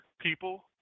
people